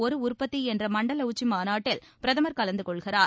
ஒரு உற்பத்தி என்ற மண்டல உச்சிமாநாட்டில் பிரதமர் கலந்துகொள்கிறார்